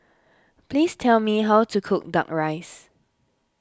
please tell me how to cook Duck Rice